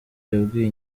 yabwiye